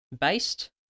based